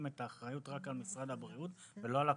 את האחריות רק על משרד הבריאות ולא על הקופות.